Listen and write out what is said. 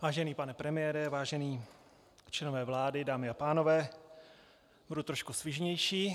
Vážený pane premiére, vážení členové vlády, dámy a pánové, budu trošku svižnější.